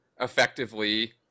effectively